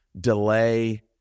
delay